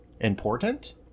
important